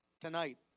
tonight